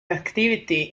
activity